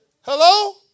Hello